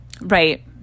right